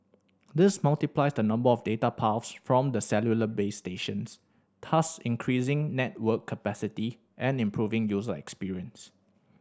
this multiplies the number of data paths from the cellular base stations thus increasing network capacity and improving user experience